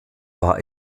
war